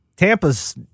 Tampa's